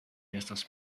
estas